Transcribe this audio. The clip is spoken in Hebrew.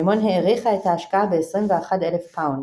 מימון העריכה את ההשקעה ב-21 אלף פאונד.